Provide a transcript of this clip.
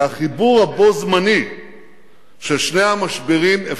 והחיבור הבו-זמני של שני המשברים הללו,